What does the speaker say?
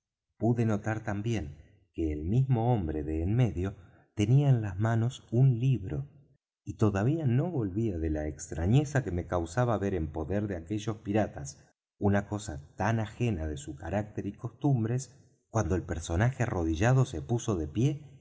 pude notar también que el mismo hombre de en medio tenía en las manos un libro y todavía no volvía de la extrañeza que me causaba ver en poder de aquellos piratas una cosa tan ajena de su carácter y costumbres cuando el personaje arrodillado se puso de pie